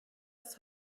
ist